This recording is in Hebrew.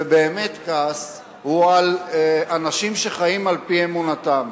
ובאמת כעס, הוא לא על אנשים שחיים על-פי אמונתם,